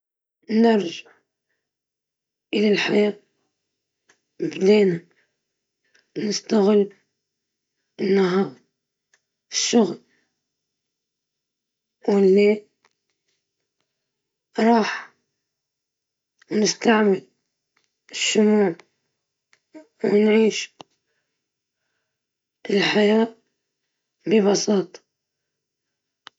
نرجع لحياة بسيطة نار للطهي، شموع للإنارة، ونعتمد على الطبيعة واليدين في كل حاجة.